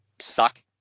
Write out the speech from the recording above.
suck